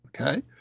okay